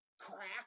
crack